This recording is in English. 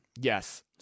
Yes